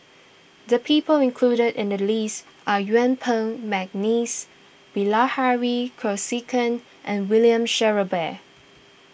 the people included in the list are Yuen Peng McNeice Bilahari Kausikan and William Shellabear